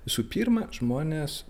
visų pirma žmonės